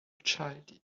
child